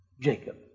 Jacob